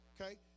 Okay